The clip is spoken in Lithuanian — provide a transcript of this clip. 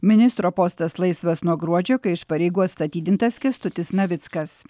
ministro postas laisvas nuo gruodžio kai iš pareigų atstatydintas kęstutis navickas